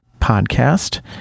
podcast